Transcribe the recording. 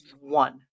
one